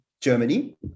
Germany